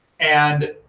and